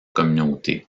communautés